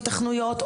היתכנויות,